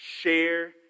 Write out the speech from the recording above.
Share